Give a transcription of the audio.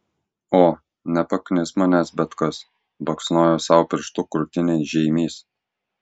o nepaknis manęs bet kas baksnojo sau pirštu krūtinėn žeimys